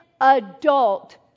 adult